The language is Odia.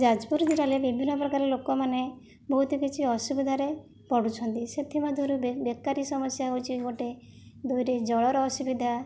ଯାଜପୁର ଜିଲ୍ଲାରେ ବିଭିନ୍ନପ୍ରକାରର ଲୋକମାନେ ବହୁତ କିଛି ଅସୁବିଧାରେ ପଡ଼ୁଛନ୍ତି ସେଥିମଧ୍ୟରୁ ବେକାରି ସମସ୍ୟା ହେଉଛି ଗୋଟେ ଦୁଇରେ ଜଳର ଅସୁବିଧା